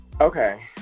Okay